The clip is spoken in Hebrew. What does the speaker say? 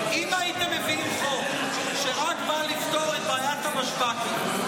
אם היית מביאים חוק שרק בא לפתור את בעיית המשב"קים,